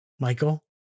Michael